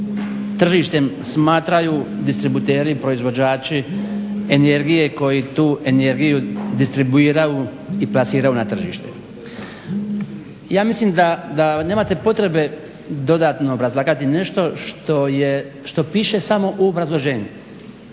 tržištem smatraju distributeri, proizvođači energije koji tu energiju distribuiraju i plasiraju na tržište. Ja mislim da nemate potrebe dodatno obrazlagati nešto što piše samo u obrazloženju.